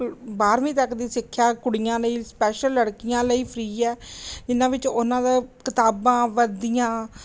ਬਾਰ੍ਹਵੀਂ ਤੱਕ ਦੀ ਸਿੱਖਿਆ ਕੁੜੀਆਂ ਲਈ ਸਪੈਸ਼ਲ ਲੜਕੀਆਂ ਲਈ ਫ੍ਰੀ ਹੈ ਜਿਹਨਾਂ ਵਿੱਚੋਂ ਉਹਨਾਂ ਦਾ ਕਿਤਾਬਾਂ ਵਰਦੀਆਂ